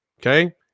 okay